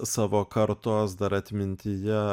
savo kartos dar atmintyje